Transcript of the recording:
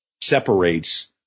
separates